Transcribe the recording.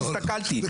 הסתכלתי,